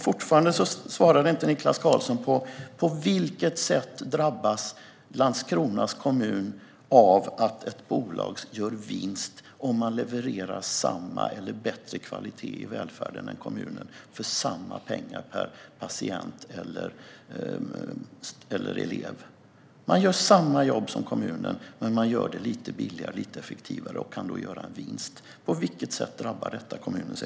Fortfarande svarade inte Niklas Karlsson på hur Landskronas kommun drabbas av att ett bolag gör vinst om det levererar samma eller bättre kvalitet i välfärden än kommunen för samma pengar per patient eller elev. Man gör samma jobb som kommunen, men man gör det lite billigare och lite effektivare och kan då göra en vinst. På vilket sätt drabbar detta kommunens ekonomi?